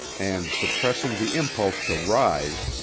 and, suppressing the impulse to rise,